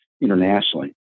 internationally